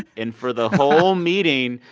and for the whole meeting,